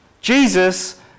Jesus